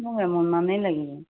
মোক এমোনমানেই লাগিব